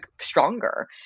stronger